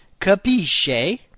Capisce